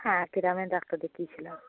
হ্যাঁ গ্রামে ডাক্তার দেখিয়েছিলাম